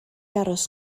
aros